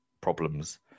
problems